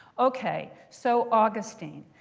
ok, so augustine.